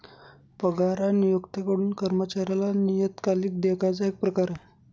पगार हा नियोक्त्याकडून कर्मचाऱ्याला नियतकालिक देयकाचा एक प्रकार आहे